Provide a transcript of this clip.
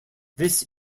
this